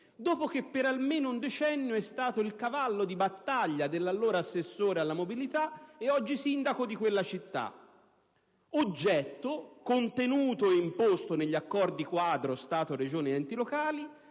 dopo che per almeno un decennio essa è stato il cavallo di battaglia dell'allora assessore alla mobilità, e oggi sindaco di quella città, oggetto contenuto e imposto negli accordi-quadro Stato-Regioni-enti locali,